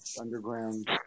underground